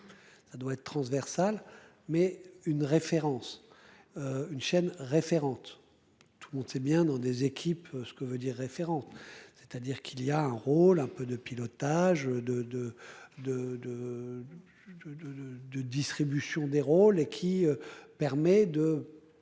Ça doit être transversale. Mais une référence. Une chaîne référente. Tout, on était bien dans des équipes, ce que veut dire référente. C'est-à-dire qu'il y a un rôle un peu de pilotage de de de de. De de de distribution des rôles, et qui permet de.